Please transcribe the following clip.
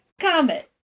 Comet